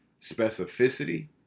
specificity